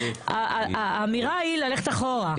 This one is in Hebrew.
האמירה היא ללכת אחורה,